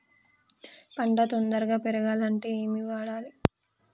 పంట తొందరగా పెరగాలంటే ఏమి వాడాలి?